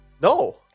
No